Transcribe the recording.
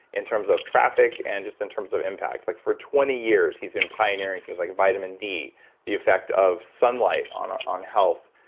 in terms of traffic and just in terms of impact. like for twenty years, he's been pioneering for things like vitamin d the effect of sunlight on ah on health,